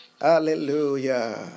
Hallelujah